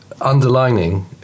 underlining